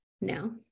no